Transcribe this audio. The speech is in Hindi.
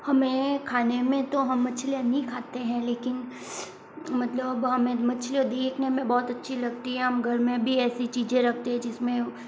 हमें खाने में तो हम मछलियाँ नहीं खाते हैं लेकिन मतलब हमें मछलियाँ देखने में बहुत अच्छी लगती हैं हम घर में भी ऐसी चीज़ें रखते हैं जिसमें